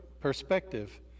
perspective